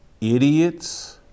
idiots